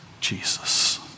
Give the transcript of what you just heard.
Jesus